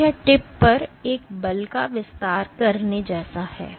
तो यह टिप पर एक बल का विस्तार करने जैसा है